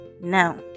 now